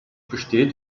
besteht